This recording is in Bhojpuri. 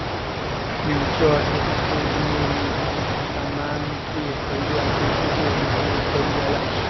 फ्यूचर एक्सचेंज में निर्धारित सामान के खरीदे आ बेचे के अनुबंध कईल जाला